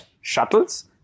shuttles